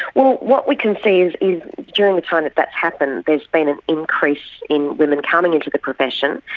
what what we can see is during the time that that's happened there has been an increase in women coming into the profession,